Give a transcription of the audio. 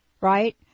right